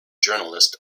journalist